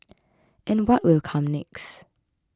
and what will come next